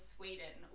Sweden